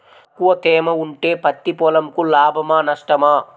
తక్కువ తేమ ఉంటే పత్తి పొలంకు లాభమా? నష్టమా?